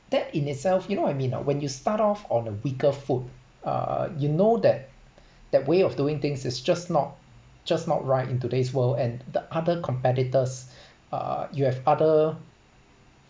that in itself you know what I mean ah when you start off on a weaker foot uh you know that that way of doing things is just not just not right in today's world and the other competitors uh you have other